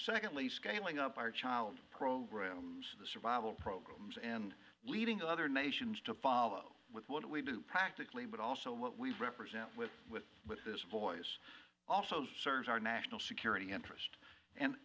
secondly scaling up our child programs the survival programs and leading other nations to follow with what we do practically but also what we represent with with with this voice also serves our national security interest and